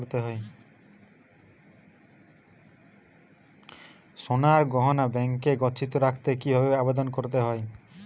সোনার গহনা ব্যাংকে গচ্ছিত রাখতে কি ভাবে আবেদন করতে হয়?